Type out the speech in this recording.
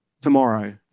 tomorrow